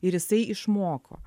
ir jisai išmoko